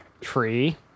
tree